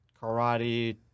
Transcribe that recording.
karate